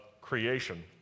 Creation